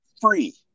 free